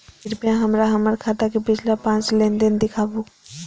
कृपया हमरा हमर खाता के पिछला पांच लेन देन दिखाबू